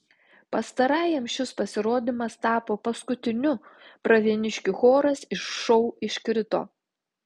pastarajam šis pasirodymas tapo paskutiniu pravieniškių choras iš šou iškrito